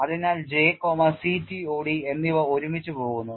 Cherepanov HRR Field അതിനാൽ J CTOD എന്നിവ ഒരുമിച്ച് പോകുന്നു